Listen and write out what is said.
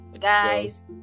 guys